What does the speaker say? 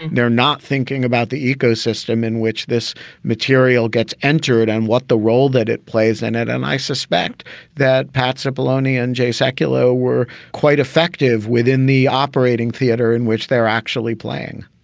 they're not thinking about the ecosystem in which this material gets gets entered and what the role that it plays in it. and i suspect that pat's apollonian j secular were quite effective within the operating theatre in which they're actually playing